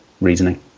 reasoning